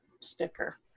sticker